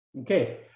Okay